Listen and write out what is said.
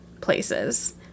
places